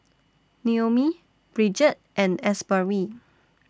Noemie Bridget and Asbury